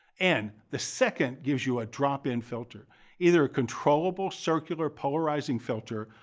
and the second gives you a drop-in filter either a controllable circular polarizing filter,